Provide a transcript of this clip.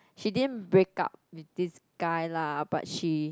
she didn't break up with this guy lah but she